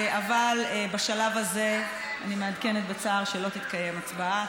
אבל בשלב הזה אני מעדכנת בצער שלא תתקיים הצבעה.